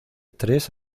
tres